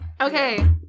Okay